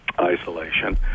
isolation